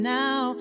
now